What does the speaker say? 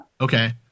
Okay